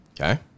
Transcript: Okay